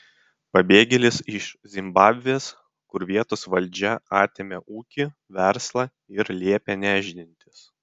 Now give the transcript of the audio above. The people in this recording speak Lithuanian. pabėgėlis iš zimbabvės kur vietos valdžia atėmė ūkį verslą ir liepė nešdintis